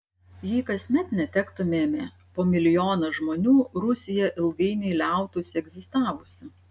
jei kasmet netektumėme po milijoną žmonių rusija ilgainiui liautųsi egzistavusi